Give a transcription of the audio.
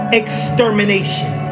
extermination